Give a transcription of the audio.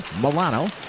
Milano